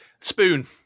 spoon